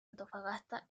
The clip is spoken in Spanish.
antofagasta